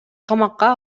камакка